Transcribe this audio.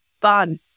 fun